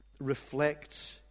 reflects